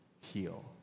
heal